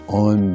on